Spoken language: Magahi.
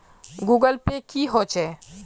गूगल पै की होचे?